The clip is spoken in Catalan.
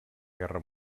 guerra